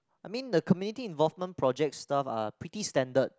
I mean the community involvement project staff are pretty standard